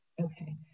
okay